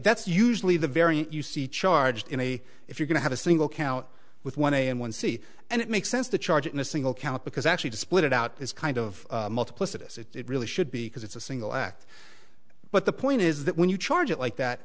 that's usually the variant you see charged in a if you're going to have a single count with one a and one c and it makes sense to charge it in a single count because actually to split it out is kind of multiplicity it really should be because it's a single act but the point is that when you charge it like that